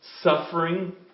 Suffering